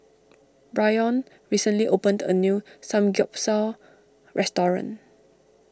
Brion recently opened a new Samgyeopsal restaurant